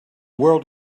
world